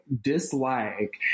dislike